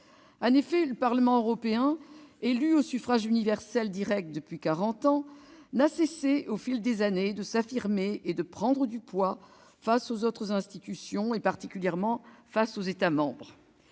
En effet, le Parlement européen, élu au suffrage universel direct depuis quarante ans, n'a cessé, au fil des années, de s'affirmer et de prendre du poids face aux autres institutions et particulièrement face aux États membres.